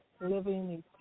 living